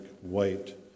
White